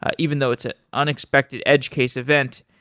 ah even though it's an unexpected edge case event,